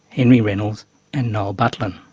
henry reynolds and noel butlin.